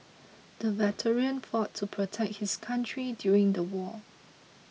the veteran fought to protect his country during the war